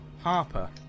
Harper